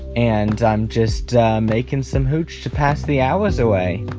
and i'm just making some hooch to pass the hours away